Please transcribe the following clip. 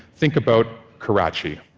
think about karachi.